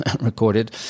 recorded